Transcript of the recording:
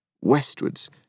westwards